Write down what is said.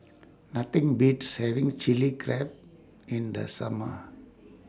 Nothing Beats having Chili Crab in The Summer